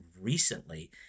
recently